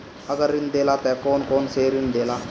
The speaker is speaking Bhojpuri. अगर ऋण देला त कौन कौन से ऋण देला?